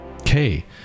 okay